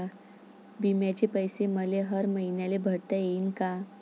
बिम्याचे पैसे मले हर मईन्याले भरता येईन का?